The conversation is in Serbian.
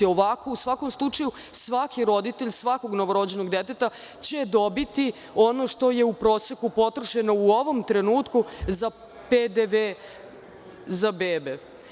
Ovako, u svakom slučaju, svaki roditelj svakog novorođenog deteta će dobiti ono što je u proseku potrošeno u ovom trenutku za PDV za bebe.